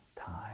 time